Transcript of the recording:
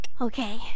okay